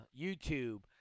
YouTube